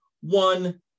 One